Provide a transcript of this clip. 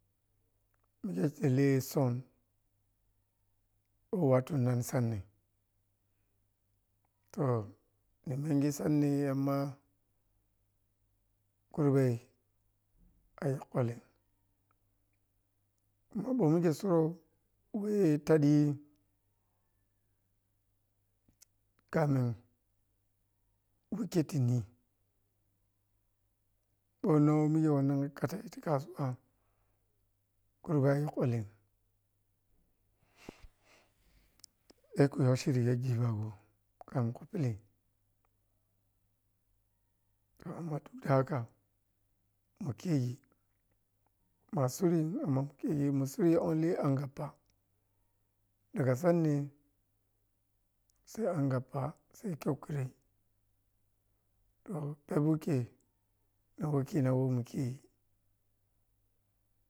Mikhe kheliyi son wattu nan sanni toh menghi sanni amma khurbe a yakholem kuma ma mikhe suro wehyi taɗi kamin wikhe ti ni ɓormio mikhe wanna khata yi kasuwa kwolɓa yokholin a kuyoh shiri let ghibogo khan kho play toh amma duk da thaka makhe yi masuri amma nyi masuri anly anʒappa daga sanna sai angappa sai kyukuri toh phep khei na wakhina wo mu khe.